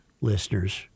listeners